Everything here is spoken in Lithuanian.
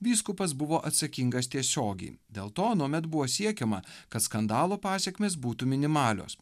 vyskupas buvo atsakingas tiesiogiai dėl to anuomet buvo siekiama kad skandalo pasekmės būtų minimalios